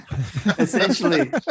Essentially